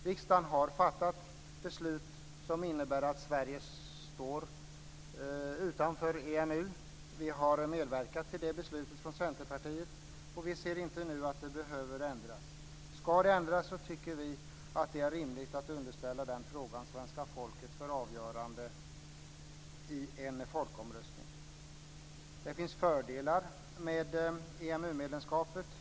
Riksdagen har fattat beslut som innebär att Sverige står utanför EMU. Vi från Centerpartiet har medverkat till det beslutet. Vi ser inte nu att det behöver ändras. Ska det ändras tycker vi att det är rimligt att underställa den frågan svenska folket för avgörande i en folkomröstning. Det finns fördelar med EMU-medlemskapet.